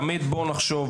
תמיד בוא נחשוב,